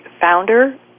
founder